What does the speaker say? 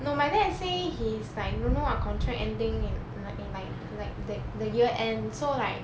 no my dad say his like don't know what contract ending in like in like like that the year end so like